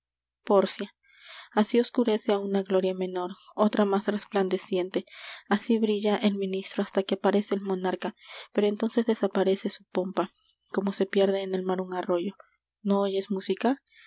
luna pórcia así oscurece á una gloria menor otra más resplandeciente así brilla el ministro hasta que aparece el monarca pero entonces desaparece su pompa como se pierde en el mar un arroyo no oyes música